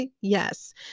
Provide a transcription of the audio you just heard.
Yes